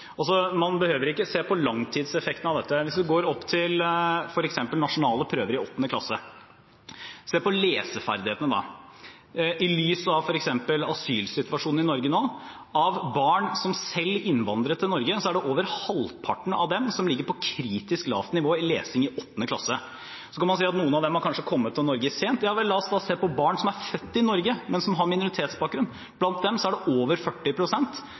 Man behøver ikke se på langtidseffektene av dette. Hvis man ser på f.eks. nasjonale prøver i 8. klasse og leseferdighetene der, i lys av f.eks. asylsituasjonen i Norge nå, ser man: Av barn som selv innvandret til Norge, ligger over halvparten på kritisk lavt nivå i lesing i 8. klasse. Så kan man si at noen av dem har kanskje kommet til Norge sent. Ja vel, la oss da se på barn som er født i Norge, men som har minoritetsbakgrunn. Blant dem er det over